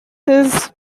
his